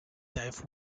dive